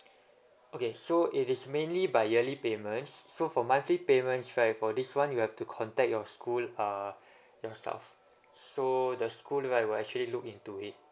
okay so if it's mainly by yearly payment so for monthly payments right for this [one] you have to contact your school uh yourself so the school right will actually look into it